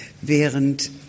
Während